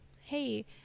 hey